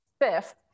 Fifth